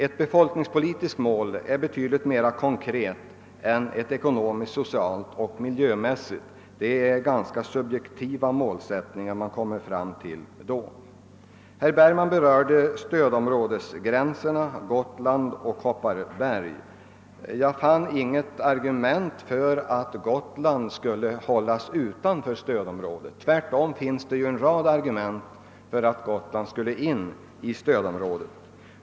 Ett befolkningspolitiskt mål är betydligt mer konkret än ett ekonomiskt, socialt eller miljömässigt; det senare slaget av mål är ganska subjektivt. Herr Bergman berörde frågan om stödområdesgränserna när det gäller Gotlands och Kopparbergs län, men jag fann inget argument för att Gotland skulle hållas utanför stödområdet. Tvärtom kan det anföras en rad argument för att Gotland skall inlemmas i stödområdet.